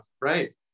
right